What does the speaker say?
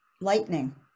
lightning